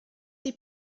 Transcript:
die